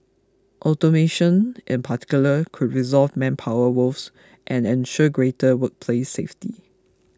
automation in particular could resolve manpower woes and ensure greater workplace safety